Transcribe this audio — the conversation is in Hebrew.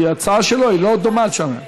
כי ההצעה שלו היא לא דומה שם.